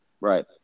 Right